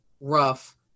rough